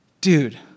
Dude